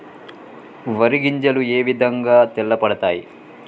వరి గింజలు ఏ విధంగా తెల్ల పడతాయి?